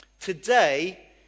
Today